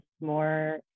more